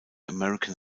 american